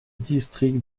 district